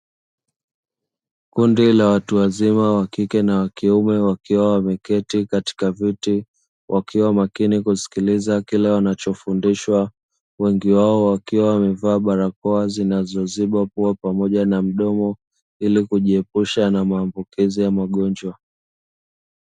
Kundi la watu wazima, wa kike na wa kiume wakiwa wameketi katika viti, wakiwa makini kusikiliza kile wanachofundishwa. Wengi wao wakiwa wamevaa barakoa zinazoziba pua pamoja na mdomo ili kujiepusha na maambukizi ya magonjwa.